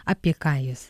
apie ką jis